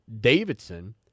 Davidson